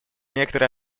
некоторые